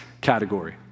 category